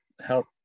help